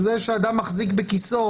זה שאדם מחזיק בכיסו